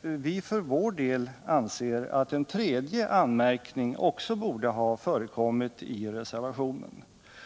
vi för vår del anser att en tredje anmärkning också borde ha förekommit i reservationen.